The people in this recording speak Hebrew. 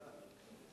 תודה.